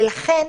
לכן,